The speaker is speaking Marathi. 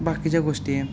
बाकीच्या गोष्टी